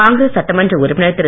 காங்கிரஸ் சட்டமன்ற உறுப்பினர் திரு